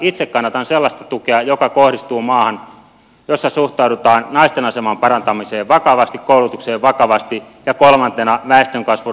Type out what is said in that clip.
itse kannatan sellaista tukea joka kohdistuu maahan jossa suhtaudutaan naisten aseman parantamiseen vakavasti koulutukseen vakavasti ja kolmantena väestönkasvun rajoittamiseen vakavasti